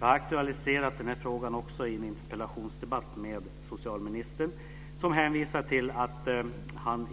Jag har också aktualiserat den här frågan i en interpellationsdebatt med socialministern, som hänvisar till att han